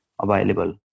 available